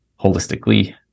holistically